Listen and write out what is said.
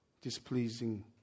displeasing